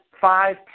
five